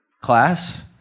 Class